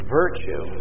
virtue